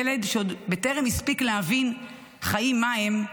ילד שעוד בטרם הספיק להבין חיים מה הם,